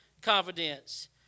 confidence